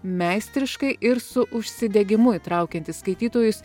meistriškai ir su užsidegimu įtraukianti skaitytojus